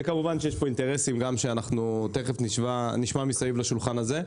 כמובן, יש גם אינטרסים שנשמע סביב השולחן הזה.